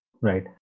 Right